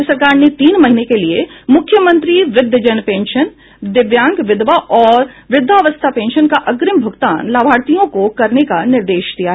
राज्य सरकार ने तीन महीने के लिये मुख्यमंत्री व्रद्वजन पेंशन दिव्यांग विधवा और वृद्धावस्था पेंशन का अग्रिम भूगतान लाभार्थियों को करने का निर्देश दिया है